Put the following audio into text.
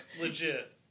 legit